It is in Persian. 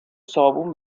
صابون